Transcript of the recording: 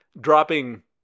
dropping